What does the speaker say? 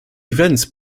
events